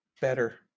better